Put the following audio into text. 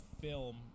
film